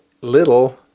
little